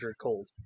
Cold